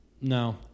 No